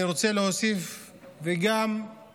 אני רוצה להוסיף ולהגדיל: